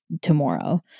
tomorrow